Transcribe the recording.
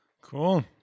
Cool